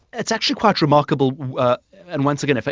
it's actually quite remarkable and, once again,